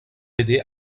aider